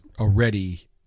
already